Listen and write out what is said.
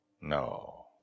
No